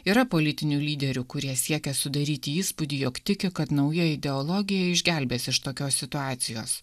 yra politinių lyderių kurie siekia sudaryti įspūdį jog tiki kad nauja ideologija išgelbės iš tokios situacijos